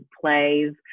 plays